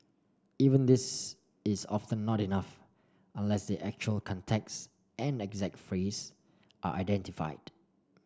even this is often not enough unless the actual context and exact phrase are identified